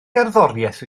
gerddoriaeth